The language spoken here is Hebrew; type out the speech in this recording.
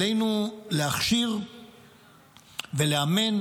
עלינו להכשיר ולאמן,